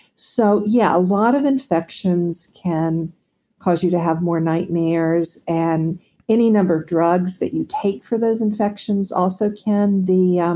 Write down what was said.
so yeah, a lot of infections can cause you to have more nightmares, and any number of drugs that you take for those infections also can be. um